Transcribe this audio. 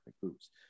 groups